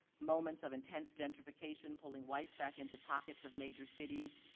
moments of intense gentrification pulling whites back into pockets of major cities,